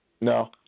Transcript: No